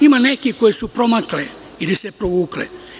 Ima nekih koje su promakle ili se provukle.